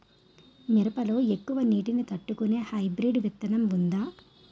మిరప లో ఎక్కువ నీటి ని తట్టుకునే హైబ్రిడ్ విత్తనం వుందా?